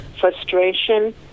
frustration